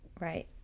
right